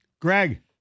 Greg